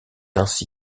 ainsi